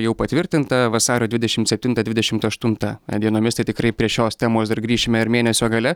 jau patvirtinta vasario dvidešimt septintą dvidešimt aštuntą dienomis tai tikrai prie šios temos dar grįšime ir mėnesio gale